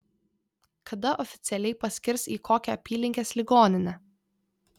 kada oficialiai paskirs į kokią apylinkės ligoninę